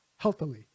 healthily